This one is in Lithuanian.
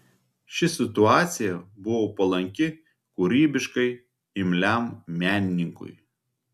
ši situacija buvo palanki kūrybiškai imliam menininkui